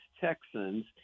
Texans